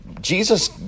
Jesus